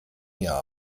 mir